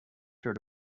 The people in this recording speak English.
sure